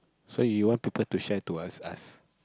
so you want people to share to ask us